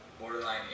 Borderline